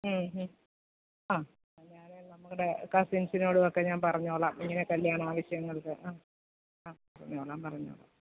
ആ ഞാൻ നമ്മുടെ കസിൻസിനോടുവൊക്കെ ഞാൻ പറഞ്ഞോളാം ഇങ്ങനെ കല്യാണാവശ്യങ്ങൾക്ക് ആ ആ പറഞ്ഞോളാം പറഞ്ഞോളാം